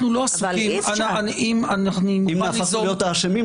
אנחנו לא --- אם הפכנו להיות האשמים,